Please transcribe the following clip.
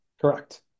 Correct